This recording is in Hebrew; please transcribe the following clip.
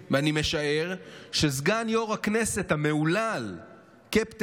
אני משער שסגן יו"ר הכנסת המהולל קפטן